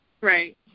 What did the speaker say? Right